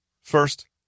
First